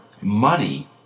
money